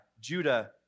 Judah